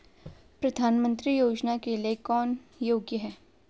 प्रधानमंत्री योजना के लिए कौन योग्य है?